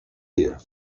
here